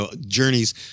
journeys